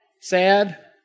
Sad